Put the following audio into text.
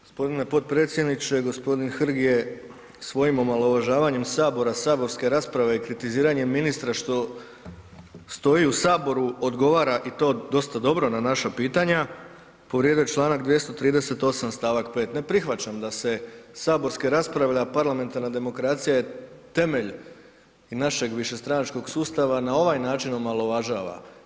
G. potpredsjedniče, g. Hrg je svojim omalovažavanjem Sabora, saborske rasprave i kritiziranjem ministra, što stoji u Saboru, odgovara i to dosta dobro na naša pitanja, povrijedio je čl. 238. st. 5. Ne prihvaćam da se saborska rasprava, a parlamentarna demokracija je temelj i našeg višestranačkog sustava na ovaj način omalovažava.